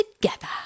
together